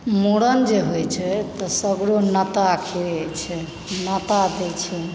मुड़न जे होइ छै तऽ सगरो न्यौता न्यौता देइ छै